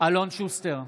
אלון שוסטר,